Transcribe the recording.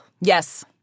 Yes